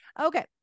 Okay